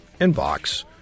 inbox